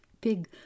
big